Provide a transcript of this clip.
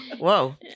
Whoa